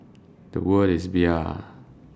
Bia